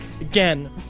Again